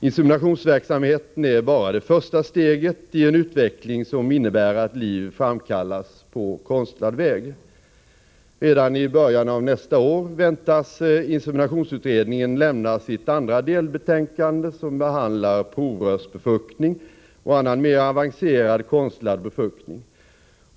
Inseminationsverksamheten är bara det första steget i en utveckling som innebär att liv framkallas på konstlad väg. Redan i början av nästa år väntas inseminationsutredningen lämna sitt andra delbetänkande som behandlar provrörsbefruktning och annan mer avancerad konstlad befruktning.